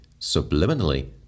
subliminally